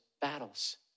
battles